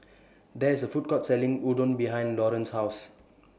There IS A Food Court Selling Udon behind Lauren's House